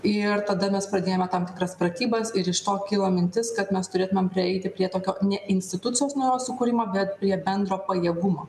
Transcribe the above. ir tada mes pradėjome tam tikras pratybas ir iš to kilo mintis kad mes turėtumėm prieiti prie tokio ne institucijos sukūrimo bet prie bendro pajėgumo